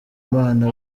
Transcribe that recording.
imana